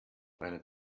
einer